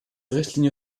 richtlinie